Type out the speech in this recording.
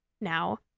now